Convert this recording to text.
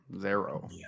Zero